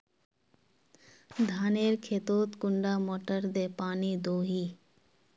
धानेर खेतोत कुंडा मोटर दे पानी दोही?